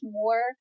more